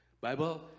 Bible